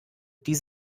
die